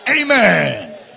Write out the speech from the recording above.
Amen